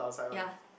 ya